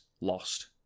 lost